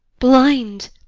blind.